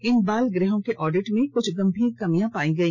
इन बाल गृहों के ऑडिट में कुछ गंभीर कमियां पाई गई